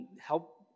help